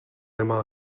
nemá